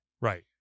right